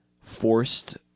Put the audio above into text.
forced